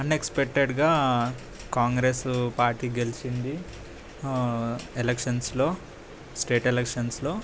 అన్ఎక్స్పెక్టెడ్గా కాంగ్రెస్సు పార్టీ గెలిచింది ఎలక్షన్స్లో స్టేట్ ఎలక్షన్స్లో